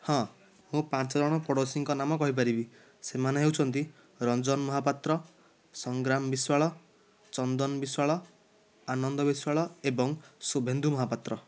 ହଁ ମୁଁ ପାଞ୍ଚଜଣ ପଡ଼ୋଶୀଙ୍କ ନାମ କହିପାରିବି ସେମାନେ ହେଉଛନ୍ତି ରଞ୍ଜନ ମହାପାତ୍ର ସଂଗ୍ରାମ ବିଶ୍ୱାଳ ଚନ୍ଦନ ବିଶ୍ୱାଳ ଆନନ୍ଦ ବିଶ୍ୱାଳ ଏବଂ ଶୁଭେନ୍ଦୁ ମହାପାତ୍ର